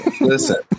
Listen